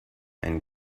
and